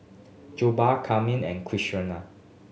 Jokbal Kheema and Quesadillas